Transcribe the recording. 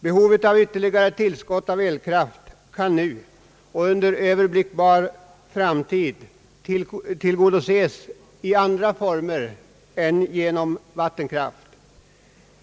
Behovet av ytterligare tillskott av elkraft kan nu och under överblickbar framtid tillgodoses i andra former än genom vattenkraft.